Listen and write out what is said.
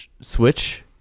Switch